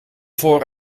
voor